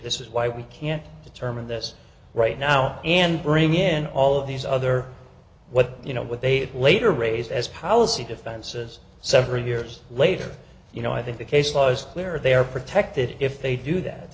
this is why we can't determine this right now and bring in all of these other what you know what they later raised as policy defenses several years later you know i think the case law is clear they are protected if they do that